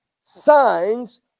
signs